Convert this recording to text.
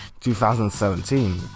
2017